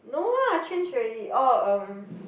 no lah change already orh um